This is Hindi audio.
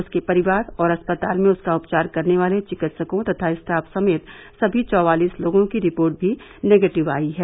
उसके परिवार और अस्पताल में उसका उपचार करने वाले चिकित्सकों तथा स्टाफ समेत सभी चौवालीस लोगों की रिपोर्ट भी निगेटिव आयी है